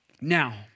now